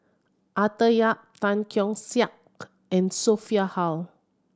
Arthur Yap Tan Keong Saik and Sophia Hull